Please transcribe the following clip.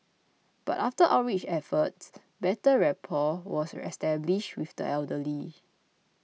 but after outreach efforts better rapport was established with the elderly